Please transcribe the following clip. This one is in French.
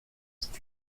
c’est